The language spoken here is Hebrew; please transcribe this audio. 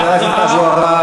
חבר הכנסת אבו עראר,